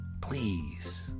please